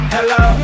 Hello